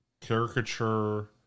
caricature